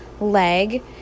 leg